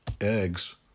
eggs